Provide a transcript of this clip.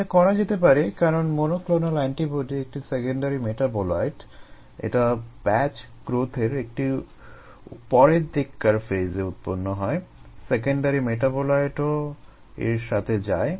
এটা করা যেতে পারে কারণ মনোক্লোনাল এন্টিবডি একটি সেকেন্ডারি মেটাবোলাইট এটা ব্যাচ গ্রোথের একটি পরের দিককার ফেইজে উৎপন্ন হয় সেকেন্ডারি মেটাবোলাইটও এর সাথে যায়